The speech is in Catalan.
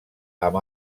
amb